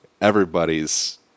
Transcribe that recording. everybody's